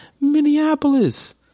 Minneapolis